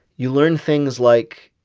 you learn things like